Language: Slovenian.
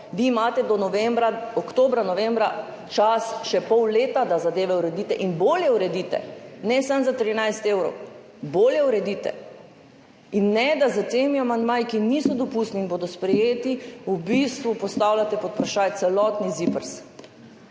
Vi imate do oktobra, novembra časa še pol leta, da zadeve uredite. In bolje uredite, ne samo za 13 evrov. Bolje uredite. Ne da s temi amandmaji, ki niso dopustni in bodo sprejeti, v bistvu postavljate pod vprašaj celotni ZIPRS.